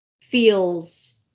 feels